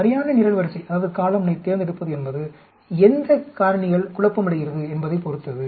சரியான நிரல்வரிசையைத் தேர்ந்தெடுப்பது என்பது எந்த காரணிள் குழப்பமடைகிறது என்பதைப் பொறுத்தது